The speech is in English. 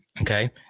Okay